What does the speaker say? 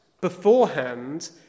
beforehand